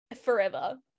forever